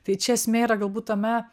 tai čia esmė yra galbūt tame